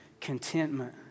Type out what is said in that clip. contentment